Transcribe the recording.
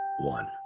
one